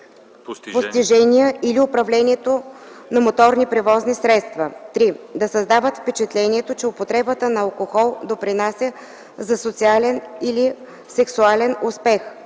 постижения или управлението на моторни превозни средства; 3. да създават впечатлението, че употребата на алкохол допринася за социален или сексуален успех;